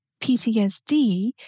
PTSD